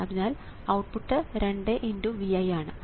അതിനാൽ output 2×Vi ആണ്